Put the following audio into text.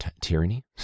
tyranny